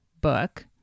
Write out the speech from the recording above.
book